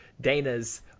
Dana's